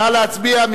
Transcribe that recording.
נא להצביע.